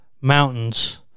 mountains